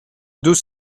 deux